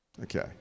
Okay